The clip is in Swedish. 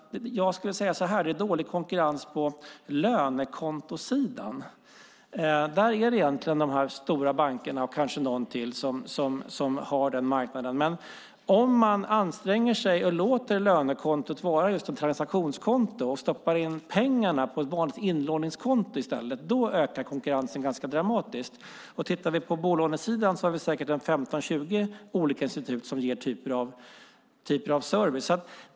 Jag skulle vilja säga att det är dålig konkurrens på lönekontosidan. Egentligen är det de stora bankerna och kanske någon till som har den marknaden. Men om man anstränger sig och låter lönekontot vara just ett transaktionskonto och i stället stoppar in pengarna på ett vanligt inlåningskonto ökar konkurrensen ganska dramatiskt. Och på bolånesidan har vi säkert 15-20 olika institut som ger olika typer av service.